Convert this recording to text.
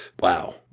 Wow